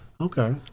Okay